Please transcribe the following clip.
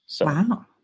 Wow